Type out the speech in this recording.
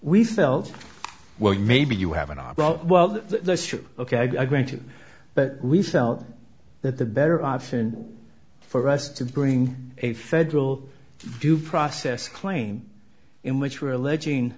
we felt well maybe you have an opt out well ok i grant you but we felt that the better option for us to bring a federal due process claim in which we are alleging